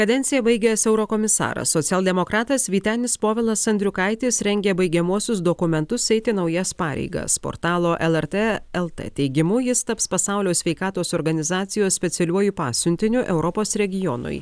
kadenciją baigęs eurokomisaras socialdemokratas vytenis povilas andriukaitis rengia baigiamuosius dokumentus eiti naujas pareigas portalo lrt lt teigimu jis taps pasaulio sveikatos organizacijos specialiuoju pasiuntiniu europos regionui